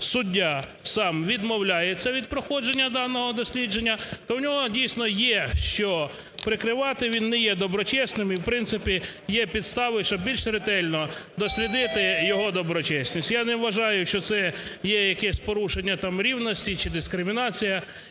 суддя сам відмовляється від проходження даного дослідження, то в нього, дійсно, є що прикривати, він не є доброчесним, і в принципі є підстави, щоб більш ретельно дослідити його доброчесність. Я не вважаю, що це є якесь порушення рівності чи дискримінація,